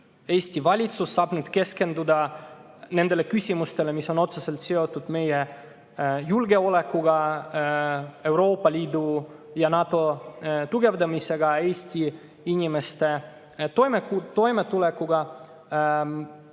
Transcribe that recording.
Eesti valitsus saab nüüd keskenduda nendele küsimustele, mis on otseselt seotud meie julgeolekuga, Euroopa Liidu ja NATO tugevdamisega, Eesti inimeste toimetulekuga.